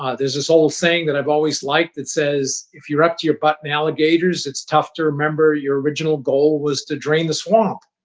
ah there's this old saying that i've always liked that says, if you're up to your butt in alligators, it's tough to remember your original goal was to drain the swamp,